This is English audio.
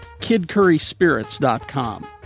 KidCurrySpirits.com